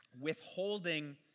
withholding